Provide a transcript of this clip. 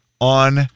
on